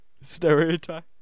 stereotype